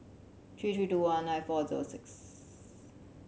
three three two one nine four zero six